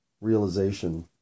...realization